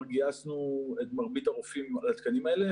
גייסנו את מרבית הרופאים לתקנים האלה,